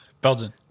Belgian